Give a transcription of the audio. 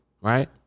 right